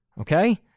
okay